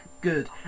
good